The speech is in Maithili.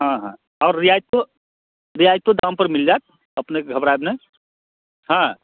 हाँ हाँ आओर रियायतो रियायतो दामपर मिल जायत अपनेके घबरायब नहि हँ